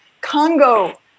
Congo